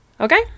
Okay